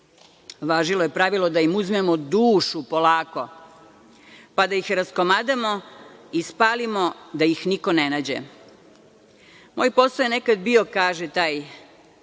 Važilo je pravilo da im uzmemo dušu polako, pa da ih raskomadamo i spalimo da ih niko ne nađe. Moj posao je nekada bio, kaže taj